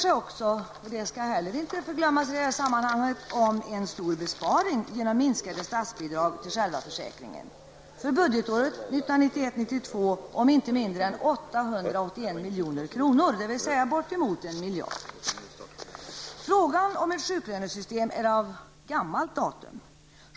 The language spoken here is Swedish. Det skall inte heller förglömmas att det också rör sig om en stor besparing genom minskade statsbidrag till själva försäkringen, för budgetåret Frågan om ett sjuklönesystem är av gammalt datum.